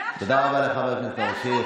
תודה רבה לחבר הכנסת שירי.